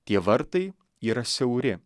tie vartai yra siauri